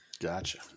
Gotcha